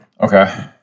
Okay